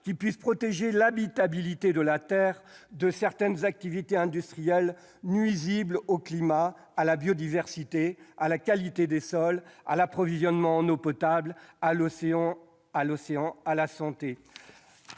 qui puisse protéger l'habitabilité de la Terre de certaines activités industrielles nuisibles au climat, à la biodiversité, à la qualité des sols, à l'approvisionnement en eau potable, à l'océan, à la santé